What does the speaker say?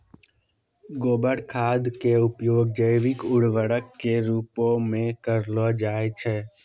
गोबर खाद के उपयोग जैविक उर्वरक के रुपो मे करलो जाय छै